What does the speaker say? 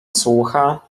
słucha